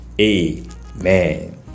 Amen